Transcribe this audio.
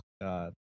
God